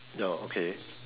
ya okay